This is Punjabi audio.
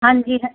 ਹਾਂਜੀ ਹਾਂ